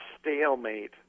stalemate